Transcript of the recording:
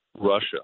Russia